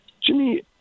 Jimmy